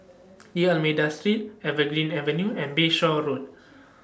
D'almeida Street Evergreen Avenue and Bayshore Road